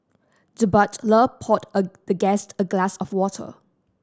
the butler poured a the guest a glass of water